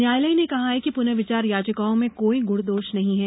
न्यायालय ने कहा कि पुनर्विचार याचिकाओं में कोई गुण दोष नहीं है